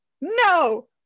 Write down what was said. No